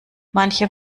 manche